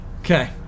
Okay